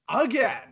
again